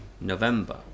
November